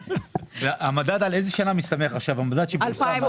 על איזה שנה מסתמך עכשיו המדד שפורסם?